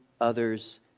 others